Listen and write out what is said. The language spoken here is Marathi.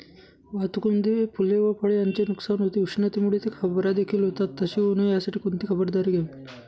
वाहतुकीमध्ये फूले व फळे यांचे नुकसान होते, उष्णतेमुळे ते खराबदेखील होतात तसे होऊ नये यासाठी कोणती खबरदारी घ्यावी?